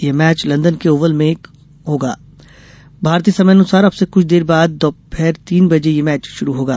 यह match London के Oval में भारतीय समयानुसार अब से कुछ देर बाद दोपहर तीन बजे शुरू होगा